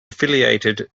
affiliated